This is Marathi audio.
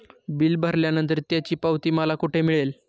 बिल भरल्यानंतर त्याची पावती मला कुठे मिळेल?